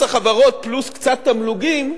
מס החברות פלוס קצת תמלוגים,